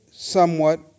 somewhat